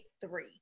three